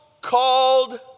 called